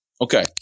Okay